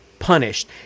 punished